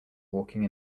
walking